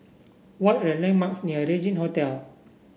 what are the landmarks near Regin Hotel